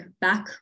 back